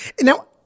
Now